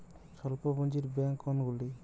স্বল্প পুজিঁর ব্যাঙ্ক কোনগুলি?